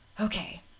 Okay